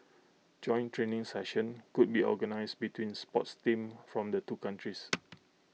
joint training sessions could be organised between sports teams from the two countries